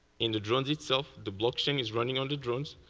in the drones itself, the blockchain is running on the drones.